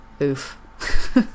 oof